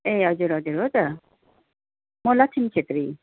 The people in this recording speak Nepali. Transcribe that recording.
ए हजुर हजुर हो त म लक्ष्मी छेत्री